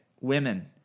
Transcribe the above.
women